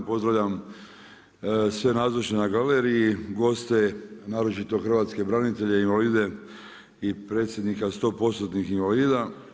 Pozdravljam sve nazočne na galeriji, goste naročito hrvatske branitelje, invalide i predsjednika stopostotnih invalida.